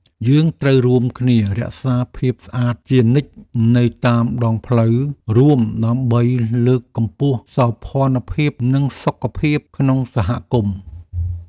យើងត្រូវរួមគ្នារក្សាភាពស្អាតជានិច្ចនៅតាមដងផ្លូវរួមដើម្បីលើកកម្ពស់សោភ័ណភាពនិងសុខភាពក្នុងសហគមន៍។